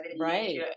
Right